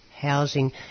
housing